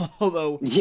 although-